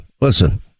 listen